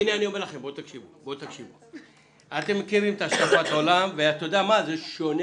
אתם מכירים את השקפת העולם וזה שונה.